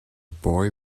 boy